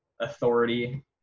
authority